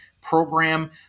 program